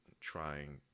trying